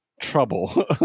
Trouble